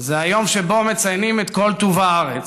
זה היום שבו מציינים את כל טוב הארץ.